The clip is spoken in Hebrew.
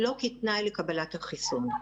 לא כתנאי לקבלת החיסון.